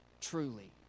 Truly